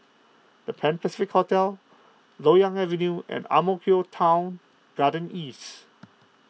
the Pan Pacific Hotel Loyang Avenue and Ang Mo Kio Town Garden East